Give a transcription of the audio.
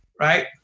right